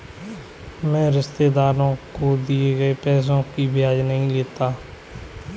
मैं रिश्तेदारों को दिए गए पैसे का ब्याज नहीं लेता